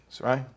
right